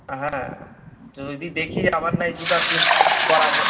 হ্যাঁ যদি দেখি আবার না হয় দুটো টেস্ট করাব